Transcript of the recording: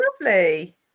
lovely